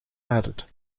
added